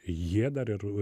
jie dar ir